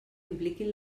impliquin